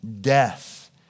death